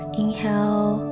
inhale